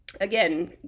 again